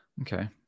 Okay